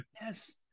yes